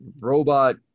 robot